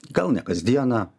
gal ne kasdieną